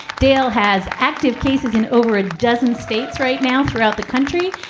dale has active cases in over a dozen states right now throughout the country.